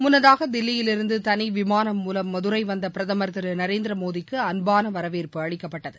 முன்னதாக தில்லியிலிருந்து தனிவிமானம் மூலம் மதுரை வந்த பிரதமர் திரு நரேந்திரமோடிக்கு அன்பான வரவேற்பு அளிக்கப்பட்டது